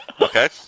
Okay